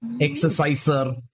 exerciser